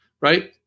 right